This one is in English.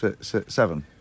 Seven